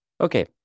Okay